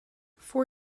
four